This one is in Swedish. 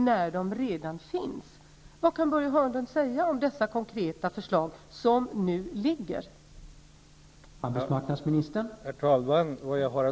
Vad har Börje Hörnlund att säga om dessa konkreta förslag som nu är framlagda?